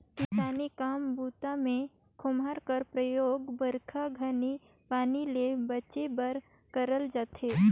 किसानी काम बूता मे खोम्हरा कर परियोग बरिखा घनी पानी ले बाचे बर करल जाथे